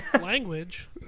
language